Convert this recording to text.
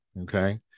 Okay